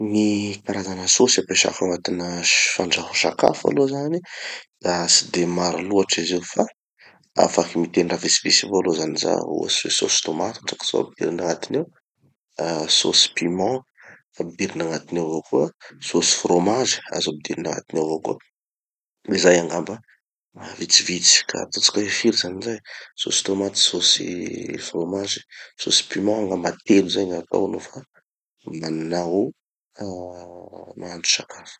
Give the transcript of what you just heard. Gny karazana sôsy ampiasako agnatina fandrahoa sakafo aloha zany, da tsy de maro loatsy izy io fa afaky miteny raha vitsivitsy avao aloha zany zaho. Ohatsy hoe sôsy tomaty hotraky zao ampidirin'agnatiny ao, ah sôsy piment ampidirin'agnatiny ao avao koa, sôsy fromazy azo ampidirin'agnatiny ao avao koa. Zay angamba raha vitsivitsy ka, ataotsika hoe firy zany zay? sôsy tomaty, sôsy fromazy, sôsy piment angamba. Telo zay gn'atao nofa manao ah mahandro sakafo.